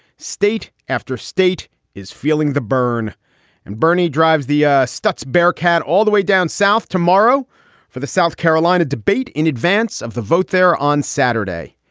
state after state is feeling the bern and bernie drives the ah stutz bearcat all the way down south tomorrow for the south carolina debate in advance of the vote there on saturday.